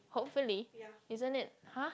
hopefully isn't it !huh!